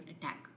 attack